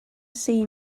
see